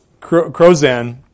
Crozan